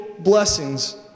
Blessings